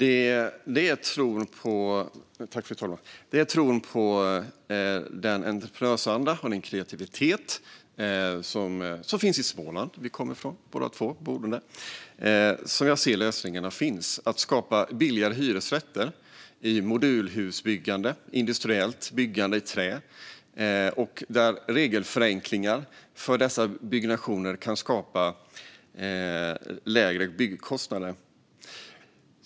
Fru talman! Det är en tro på den entreprenörsanda och den kreativitet som finns i Småland, som vi båda två kommer från. Där ser jag att lösningarna finns. Det handlar om att skapa billigare hyresrätter genom modulhusbyggande och industriellt byggande i trä. Regelförenklingar för dessa byggnationer kan skapa lägre byggkostnader.